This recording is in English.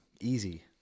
Easy